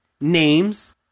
names